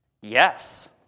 Yes